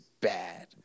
bad